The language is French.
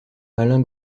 alain